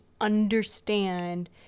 understand